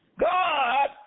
God